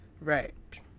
right